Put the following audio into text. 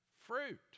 fruit